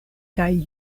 kaj